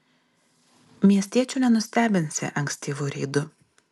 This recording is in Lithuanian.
miestiečių nenustebinsi ankstyvu reidu